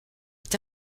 est